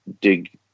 dig